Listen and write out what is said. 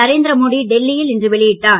நரேந்திரமோடி டெல்லியில் இன்று வெளியிட்டார்